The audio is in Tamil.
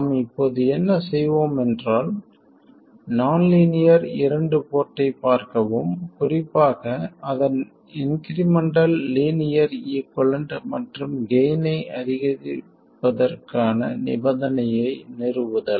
நாம் இப்போது என்ன செய்வோம் என்றால் நான் லீனியர் இரண்டு போர்ட்டைப் பார்க்கவும் குறிப்பாக அதன் இன்க்ரிமெண்டல் லீனியர் ஈகுவலன்ட் மற்றும் கெய்ன் ஐ அதிகரிப்பதற்கான நிபந்தனையை நிறுவுதல்